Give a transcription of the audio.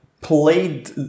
played